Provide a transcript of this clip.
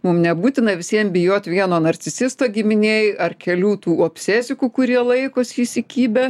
mum nebūtina visiem bijot vieno narcisisto giminėj ar kelių tų obsesikų kurie laikos įsikibę